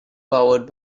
powered